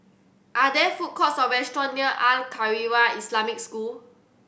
are there food courts or restaurant near Al Khairiah Islamic School